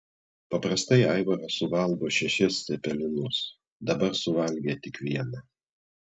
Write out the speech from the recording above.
paprastai aivaras suvalgo šešis cepelinus dabar suvalgė tik vieną